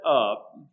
up